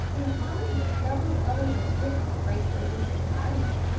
in common with several other districts in great britain and ireland,